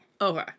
okay